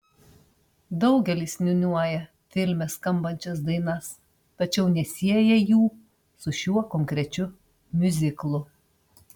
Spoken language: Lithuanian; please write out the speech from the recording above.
daugelis niūniuoja filme skambančias dainas tačiau nesieja jų su šiuo konkrečiu miuziklu